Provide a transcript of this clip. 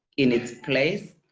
in its place,